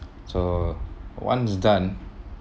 so once is done